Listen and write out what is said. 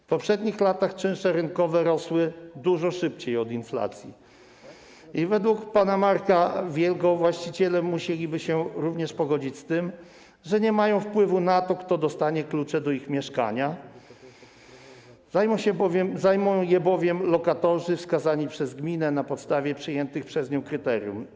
W poprzednich latach czynsze rynkowe rosły dużo szybciej od inflacji i według pana Marka Wielgi właściciele musieliby się również pogodzić z tym, że nie mają wpływu na to, kto dostanie klucze do ich mieszkania, zajmą je bowiem lokatorzy wskazani przez gminę na podstawie przyjętych przez nią kryteriów.